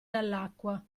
dall’acqua